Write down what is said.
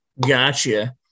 Gotcha